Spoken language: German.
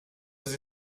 sie